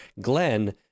Glenn